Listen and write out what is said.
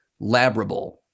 labrable